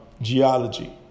geology